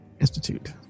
Institute